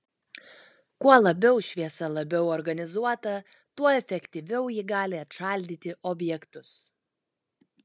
kuo labiau šviesa labiau organizuota tuo efektyviau ji gali atšaldyti objektus